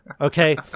okay